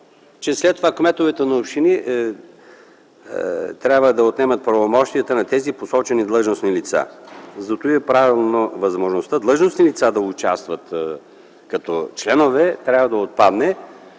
че след това кметовете на общини да отнемат правомощията на тези посочени длъжностни лица. Възможността длъжностни лица да участват като членове трябва да отпадне.